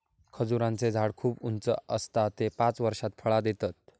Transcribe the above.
खजूराचें झाड खूप उंच आसता ते पांच वर्षात फळां देतत